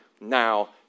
now